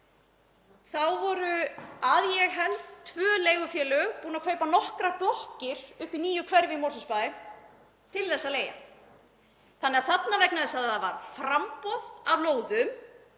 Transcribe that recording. þá voru að ég held tvö leigufélög búin að kaupa nokkrar blokkir upp í nýju hverfi í Mosfellsbæ til þess að leigja. Vegna þess að það var framboð af lóðum